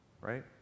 right